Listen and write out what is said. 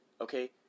Okay